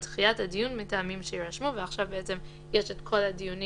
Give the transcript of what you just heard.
על דחיית הדיון מטעמים שיירשמו:" עכשיו יש את כל הדיונים